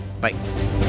bye